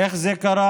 איך זה קרה?